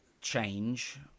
change